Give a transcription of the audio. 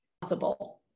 possible